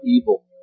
evil